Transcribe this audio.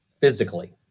physically